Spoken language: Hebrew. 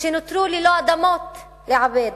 שנותרו ללא אדמות לעבד,